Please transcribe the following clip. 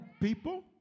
people